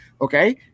Okay